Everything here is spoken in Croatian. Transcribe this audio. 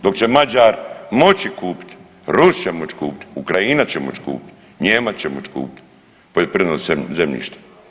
Dok će Mađar moći kupiti, Rusi će moći kupiti, Ukrajinac će moći kupiti, Nijemac će moći kupiti poljoprivredno zemljište.